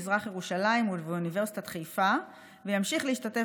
במזרח ירושלים ובאוניברסיטת חיפה וימשיך להשתתף